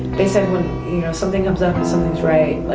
they said when something comes up and something's right,